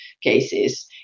cases